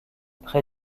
près